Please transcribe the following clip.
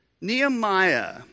Nehemiah